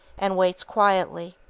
and waits quietly,